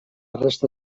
resta